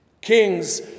Kings